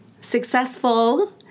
successful